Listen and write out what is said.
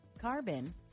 carbon